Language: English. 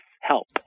help